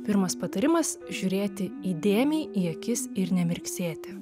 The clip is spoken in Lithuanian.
pirmas patarimas žiūrėti įdėmiai į akis ir nemirksėti